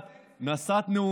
זה היה